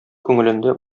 күңелендә